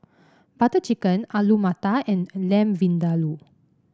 Butter Chicken Alu Matar and Lamb Vindaloo